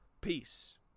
peace